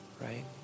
right